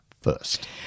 first